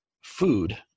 food